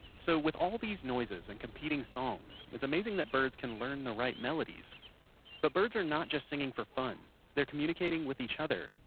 so with all these noises and competing songs it's amazing that birds can learn the right melodies but birds are not just singing for fun they are communicating with each other.